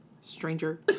Stranger